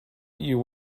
you